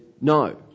No